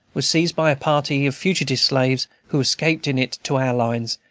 was seized by a party of fugitive slaves, who escaped in it to our lines,